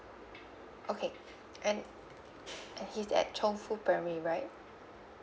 okay and and he is at chong fu primary right